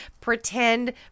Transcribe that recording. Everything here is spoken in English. pretend